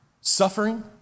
suffering